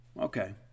Okay